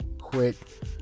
quit